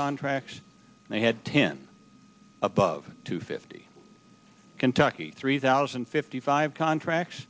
contracts they had ten above two fifty kentucky three thousand and fifty five contracts